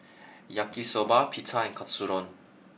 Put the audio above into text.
Yaki Soba Pita and Katsudon